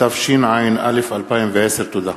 התשע"א 2010. תודה.